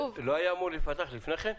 זה לא היה אמור להיפתח לפני כן?